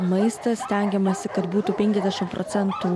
maistas stengiamasi kad būtų penkiasdešim procentų